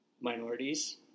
minorities